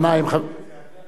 זה אני עכשיו?